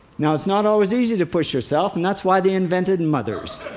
now it's not always easy to push yourself, and that's why they invented and mothers.